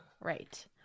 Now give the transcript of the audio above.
Right